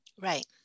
Right